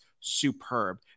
superb